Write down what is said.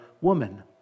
Woman